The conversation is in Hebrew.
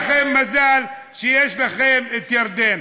מזל שיש לכם את ירדן.